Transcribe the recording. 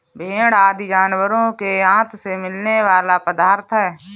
भेंड़ आदि जानवरों के आँत से मिलने वाला पदार्थ है